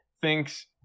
thinks